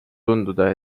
tunduda